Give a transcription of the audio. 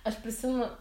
aš prisimenu